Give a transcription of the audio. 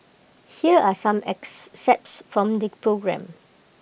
here are some excerpts from the programme